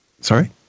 sorry